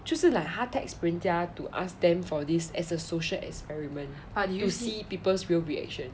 就是 like 他 text 人家 to ask them for this as a social experiment but did you see people's real reaction